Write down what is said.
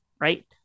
right